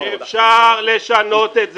אפשר לשנות את זה.